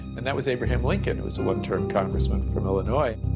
and that was abraham lincoln, who was a one-term congressman from illinois.